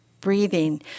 breathing